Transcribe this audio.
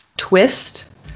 twist